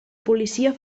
policia